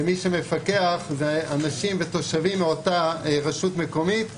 ומי שמפקח זה אנשים ותושבים מאותה רשות מקומית,